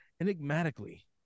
Enigmatically